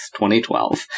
2012